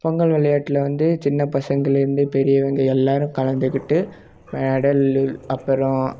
பொங்கல் விளையாட்டில் வந்து சின்ன பசங்களிலேருந்து பெரியவங்க எல்லாேரும் கலந்துக்கிட்டு மெடலு அப்புறம்